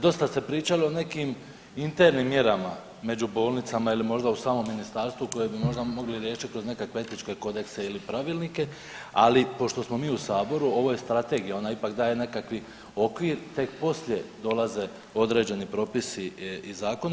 Dosta ste pričali o nekim internim mjerama među bolnicama ili možda u samom ministarstvu koje bi možda mogli riješit kroz nekakve etičke kodekse ili pravilnike, ali pošto smo mi u saboru ovo je strategija, ona ipak daje nekakvi okvir, tek poslije dolaze određeni propisi i zakoni.